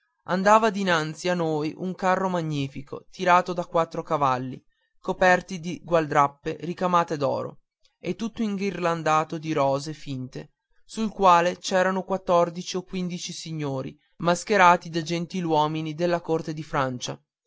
andava dinanzi a noi un carro magnifico tirato da quattro cavalli coperti di gualdrappe ricamate d'oro e tutto inghirlandato di rose finte sul quale c'erano quattordici o quindici signori mascherati da gentiluomini della corte di francia